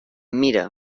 mira